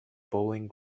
bowling